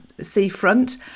seafront